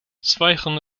zwijgen